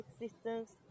existence